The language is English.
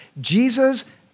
Jesus